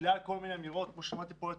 בגלל כל מיני אמירות - ושמעתי את